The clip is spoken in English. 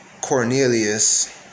Cornelius